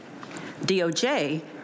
DOJ